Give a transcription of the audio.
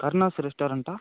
Karnas ரெஸ்டாரண்ட்டா